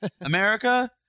America